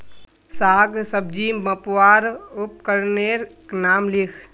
साग सब्जी मपवार उपकरनेर नाम लिख?